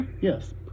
yes